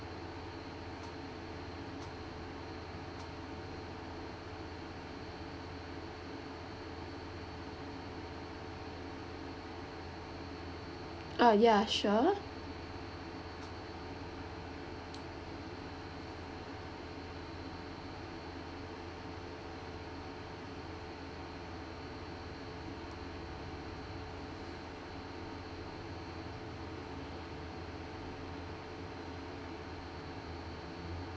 ah ya sure